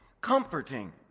Comforting